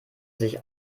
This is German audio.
sich